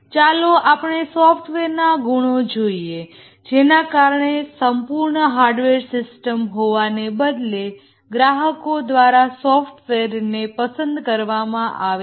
ચાલો આપણે સોફ્ટવેરના ગુણો જોઈએ જેના કારણે સંપૂર્ણ હાર્ડવેર સિસ્ટમ હોવાને બદલે ગ્રાહકો દ્વારા સોફ્ટવેરને પસંદ કરવામાં આવે છે